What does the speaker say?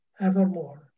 evermore